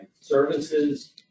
services